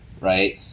right